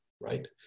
right